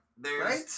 Right